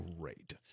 great